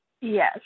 Yes